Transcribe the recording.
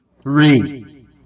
Three